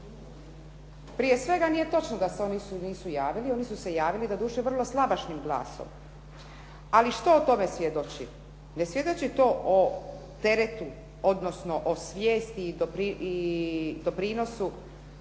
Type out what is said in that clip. Prije svega, nije točno da se oni nisu javili. Oni su se javili, doduše vrlo slabašnim glasom, ali što o tome svjedoči? Ne svjedoči to o teretu, odnosno o svijesti i doprinosu